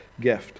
gift